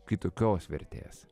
kitokios vertės